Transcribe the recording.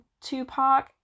Tupac